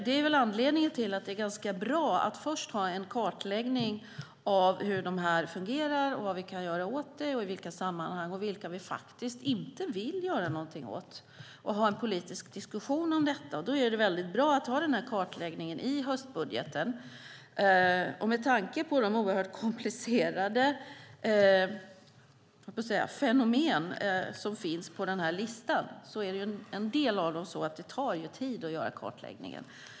Det är anledningen till att det är ganska bra att först göra en kartläggning av hur subventionerna fungerar, vad vi kan göra åt dem och i vilka sammanhang och vilka vi faktiskt inte vill göra någonting åt samt att ha en politisk diskussion om detta. Det är väldigt bra att ha denna kartläggning i höstbudgeten. En del av de oerhört komplicerade fenomen, höll jag på att säga, som finns på listan är sådana att det tar tid att göra kartläggningen.